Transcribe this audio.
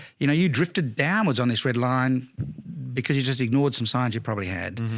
you know, you drifted downwards on this red line because you just ignored some signs you probably had.